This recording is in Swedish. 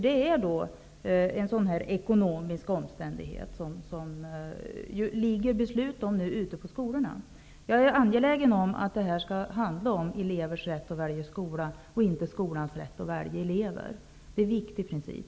Detta är en sådan ekonomisk omständighet som skolorna nu har rätt att fatta beslut om. Jag är angelägen om att det här skall handla om elevers rätt att välja skola och inte skolans rätt att välja elever. Det är en viktig princip.